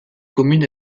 communes